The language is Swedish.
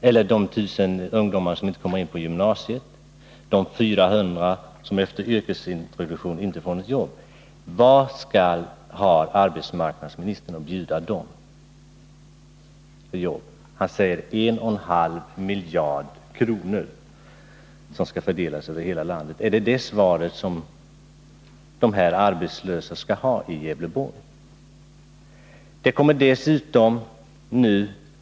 De 1000 ungdomar som inte kommer in på gymnasiet och de 400 som efter yrkesintroduktion inte får något jobb — vilka jobb har arbetsmarknadsministern att bjuda dem? Han talar om 1,5 miljarder, som skall fördelas över hela landet. Är det svaret som de arbetslösa i Gävleborg skall ha?